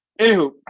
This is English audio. Anywho